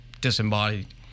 disembodied